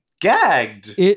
gagged